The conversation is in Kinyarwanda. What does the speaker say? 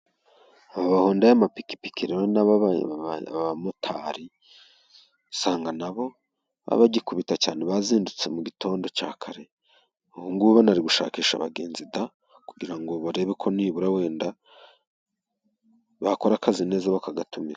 Amahonda y'amapikipiki n'ababaye abamotari usanga nabo bagikubita cyane, bazindutse mu gitondo cya kare ubu ngubu bari gushakisha abagenzi da kugira ngo barebe ko nibura wenda bakora akazi neza bakagatumika.